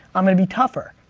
i'm gonna be tougher.